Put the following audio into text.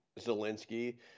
Zelensky